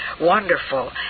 Wonderful